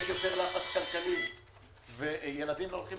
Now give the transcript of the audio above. יש יותר לחץ כלכלי וילדים לא הולכים